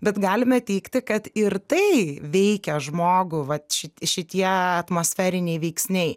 bet galime teigti kad ir tai veikia žmogų vat šit šitie atmosferiniai veiksniai